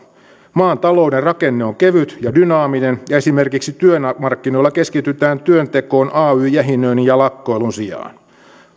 maan talouden rakenne on kevyt ja dynaaminen ja esimerkiksi työmarkkinoilla keskitytään työntekoon ay jähinöinnin ja lakkoilun sijaan